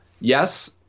Yes